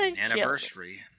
Anniversary